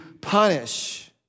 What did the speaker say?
punish